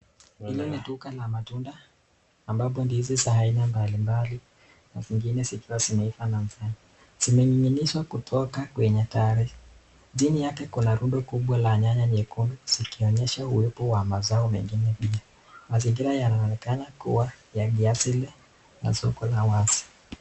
Hili ni duka la matunda amabpo ndizi za ina mbalimbali zikiwa zimeiva, zimening'inizwa kutoka kwenye paa, chini yake kuna rundo kubwa la nyaya nyekundu, zikonyesha uwepo wa mazoa mengine pia, mazingira yanaonekana kuwa ya kiasili na soko la wazi.